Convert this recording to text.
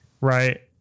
right